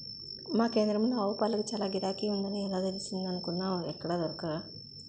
మా కేంద్రంలో ఆవుపాలకి చాల గిరాకీ ఉందని ఎలా తెలిసిందనుకున్నావ్ ఎక్కడా దొరక్క